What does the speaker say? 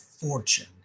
fortune